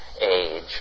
age